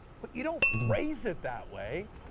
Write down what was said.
but you don't phrase it that way.